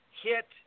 hit